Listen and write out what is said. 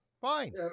Fine